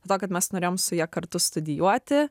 dėl to kad mes norėjom su ja kartu studijuoti